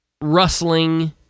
rustling